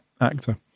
actor